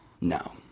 No